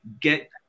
get